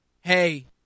hey